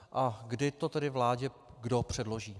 A kdy to tedy vládě kdo předloží?